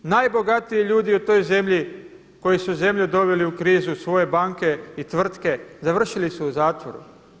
Najbogatiji ljudi u toj zemlji koji su zemlju doveli u krizu, svoje banke i tvrtke završili su u zatvoru.